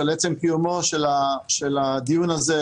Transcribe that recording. על עצם קיומו של הדיון הזה,